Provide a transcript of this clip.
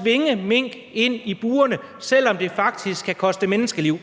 tvinge mink ind i burene, selv om det faktisk kan koste menneskeliv?